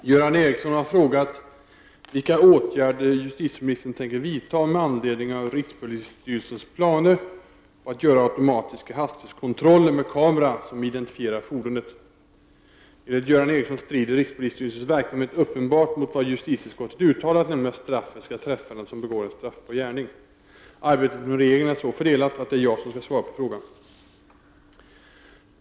Herr talman! Göran Ericsson har frågat vilka åtgärder justitieministern tänker vidta med anledning av rikspolisstyrelsens planer på att göra automatiska hastighetskontroller med kamera som identifierar fordonet. Enligt Göran Ericsson strider rikspolisstyrelsens verksamhet uppenbart mot vad justitieutskottet uttalat, nämligen att straffet skall träffa den som begår en straffbar gärning. Arbetet inom regeringen är så fördelat att det är jag som skall svara på frågan.